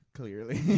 clearly